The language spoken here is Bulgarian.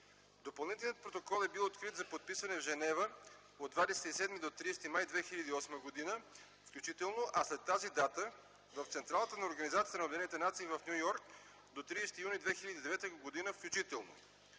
Допълнителният протокол е бил открит за подписване в Женева от 27 до 30 май 2008 г. включително, а след тази дата – в централата на Организацията на обединените нации в Ню Йорк до 30 юни 2009 г. включително.